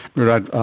murad ah